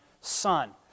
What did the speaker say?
son